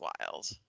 wild